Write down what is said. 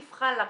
כיף חאלאק,